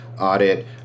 audit